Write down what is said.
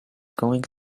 going